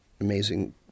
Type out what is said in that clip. amazing